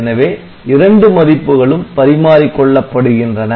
எனவே இரண்டு மதிப்புகளும் பரிமாறிக் கொள்ளப்படுகின்றன